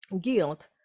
guilt